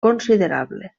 considerable